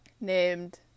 named